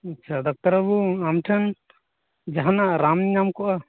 ᱟᱪᱪᱷᱟ ᱰᱟᱠᱛᱚᱨ ᱵᱟ ᱵᱩ ᱟᱢᱴᱷᱮᱱ ᱡᱟᱦᱟᱱᱟᱜ ᱨᱟᱱ ᱧᱟᱢ ᱠᱚᱜᱼᱟ